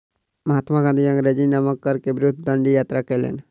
महात्मा गाँधी अंग्रेजी नमक कर के विरुद्ध डंडी यात्रा कयलैन